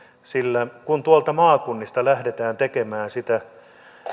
sillä kun tuolta maakunnista lähdetään tekemään sitä